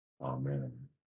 Amen